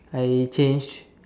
I changed